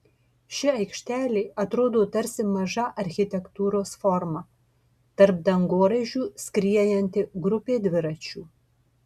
ši aikštelė atrodo tarsi maža architektūros forma tarp dangoraižių skriejanti grupė dviračių